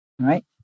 Right